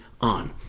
on